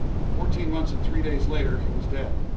but fourteen months and three days later he was dead,